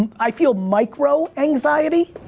i feel micro anxiety,